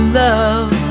love